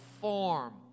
form